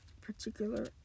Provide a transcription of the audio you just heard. particular